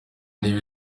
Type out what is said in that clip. niba